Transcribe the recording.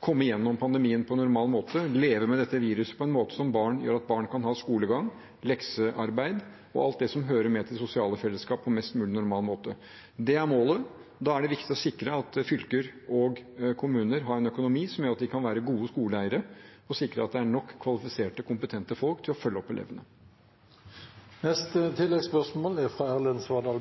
komme gjennom pandemien på normal måte, leve med dette viruset på en måte som gjør at barn kan ha skolegang, leksearbeid og alt det som hører med til sosiale fellesskap på en mest mulig normal måte. Det er målet. Da er det viktig å sikre at fylker og kommuner har en økonomi som gjør at de kan være gode skoleeiere, og sikre at det er nok kvalifiserte og kompetente folk til å følge